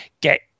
get